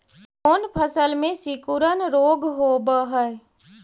कोन फ़सल में सिकुड़न रोग होब है?